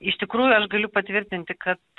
iš tikrųjų aš galiu patvirtinti kad